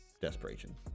desperation